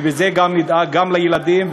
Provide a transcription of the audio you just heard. ובזה גם נדאג גם לילדים,